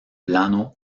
plano